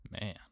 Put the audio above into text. Man